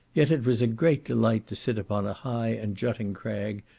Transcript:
yet it was a great delight to sit upon a high and jutting crag,